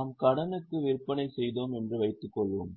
நாம் கடனுக்கு விற்பனை செய்தோம் என்று வைத்துக்கொள்வோம்